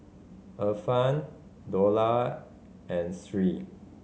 Irfan Dollah and Sri